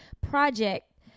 project